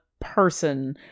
person